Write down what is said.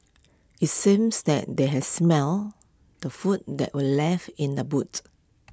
IT seems that they had smelt the food that were left in the boots